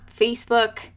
Facebook